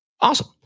Awesome